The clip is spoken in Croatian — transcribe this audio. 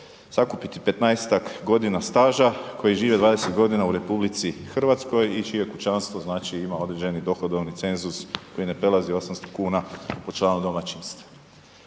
sakupiti 15-tak godina staža, koje žive 20.g. u RH i čije kućanstvo, znači ima određeni dohodovni cenzus koji ne prelazi 800,00 kn po članu domaćinstva.